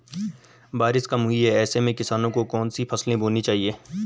बारिश कम हुई है ऐसे में किसानों को कौन कौन सी फसलें बोनी चाहिए?